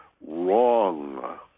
wrong